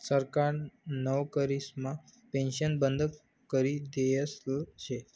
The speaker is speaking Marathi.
सरकारी नवकरीसमा पेन्शन बंद करी देयेल शे